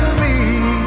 me